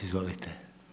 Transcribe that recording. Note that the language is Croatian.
Izvolite.